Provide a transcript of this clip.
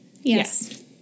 Yes